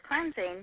cleansing